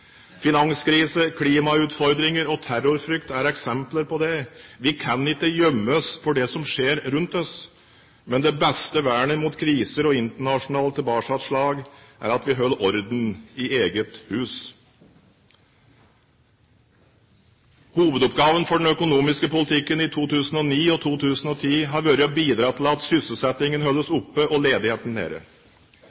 Finanskrise, klimautfordringer og terrorfrykt er eksempler på det. Vi kan ikke gjemme oss for det som skjer rundt oss. Men det beste vernet mot kriser og internasjonale tilbakeslag er at vi holder orden i eget hus. Hovedoppgaven for den økonomiske politikken i 2009 og 2010 har vært å bidra til at sysselsettingen holdes